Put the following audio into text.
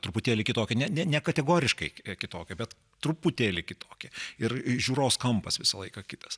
truputėlį kitokie ne ne nekategoriškai kitokie bet truputėlį kitokie ir žiūros kampas visą laiką kitas